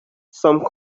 some